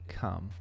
come